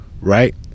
Right